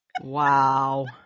Wow